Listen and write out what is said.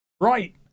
Right